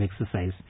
exercise